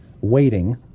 waiting